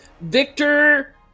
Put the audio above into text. Victor